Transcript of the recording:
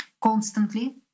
constantly